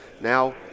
Now